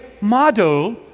model